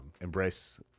embrace